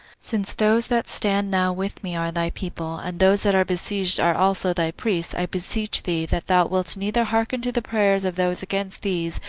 since those that stand now with me are thy people, and those that are besieged are also thy priests, i beseech thee, that thou wilt neither hearken to the prayers of those against these,